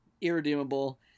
irredeemable